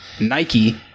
Nike